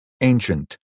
ancient